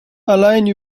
allein